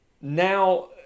now